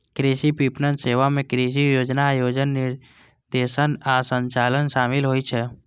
कृषि विपणन सेवा मे कृषि योजना, आयोजन, निर्देशन आ संचालन शामिल होइ छै